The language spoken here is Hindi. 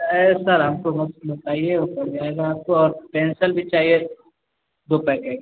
ये सर हमको मत समझाइए वो पड़ जाएगा आपको और पेन्सल भी चाहिए दो पैकेट